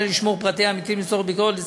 לשמור את פרטי העמיתים לצורך ביקורת,